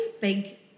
big